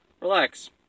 relax